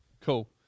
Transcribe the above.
cool